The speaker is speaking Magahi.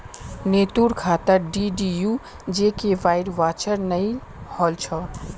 नीतूर खातात डीडीयू जीकेवाईर वाउचर चनई होल छ